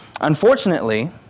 Unfortunately